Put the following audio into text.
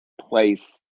place